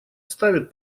ставит